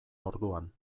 orduan